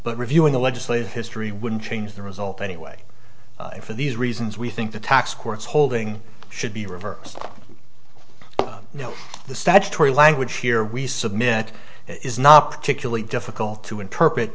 but reviewing the legislative history wouldn't change the result anyway for these reasons we think the tax court's holding should be reversed the statutory language here we submit is not particularly difficult to interpret